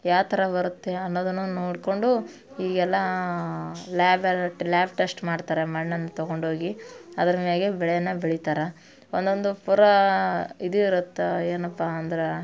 ಯಾವ ಥರ ಬರುತ್ತೆ ಅನ್ನೋದನ್ನು ನೋಡಿಕೊಂಡು ಈ ಎಲ್ಲ ಲ್ಯಾಬಲೆಟ್ರಿ ಲ್ಯಾಬ್ ಟೆಶ್ಟ್ ಮಾಡ್ತಾರ ಮಣ್ಣನ್ನು ತಗೊಂಡೋಗಿ ಅದ್ರ ಮ್ಯಾಲೆ ಬೆಳೆನ ಬೆಳಿತಾರೆ ಒಂದೊಂದು ಪೂರಾ ಇದು ಇರುತ್ತೆ ಏನಪ್ಪ ಅಂದ್ರೆ